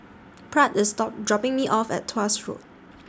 Pratt IS dropping Me off At Tuas Road